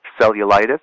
cellulitis